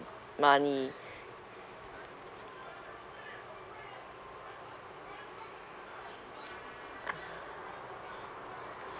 money